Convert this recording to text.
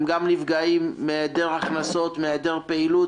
הם גם נפגעים מהיעדר הכנסות, מהעדר פעילות